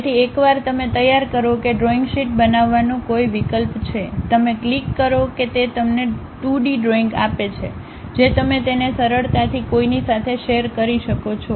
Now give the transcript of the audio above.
તેથી એકવાર તમે તૈયાર કરો કે ડ્રોઇંગ શીટ બનાવવાનો કોઈ વિકલ્પ છે તમે ક્લિક કરો કે તે તમને 2D ડ્રોઈંગ આપે છે જે તમે તેને સરળતાથી કોઈની સાથે શેર કરી શકો છો